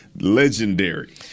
legendary